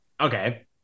Okay